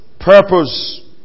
purpose